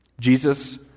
Jesus